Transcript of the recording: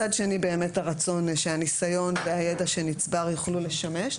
מצד שני באמת הרצון שהניסיון והידע שנצבר יוכלו לשמש,